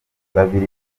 babiri